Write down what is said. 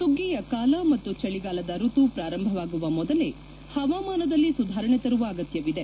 ಸುಗ್ಗಿಯ ಕಾಲ ಮತ್ತು ಚಳಿಗಾಲದ ಋತು ಪ್ರಾರಂಭವಾಗುವ ಮೊದಲೇ ಪವಾಮಾನದಲ್ಲಿ ಸುಧಾರಣೆ ತರುವ ಅಗತ್ನವಿದೆ